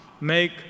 make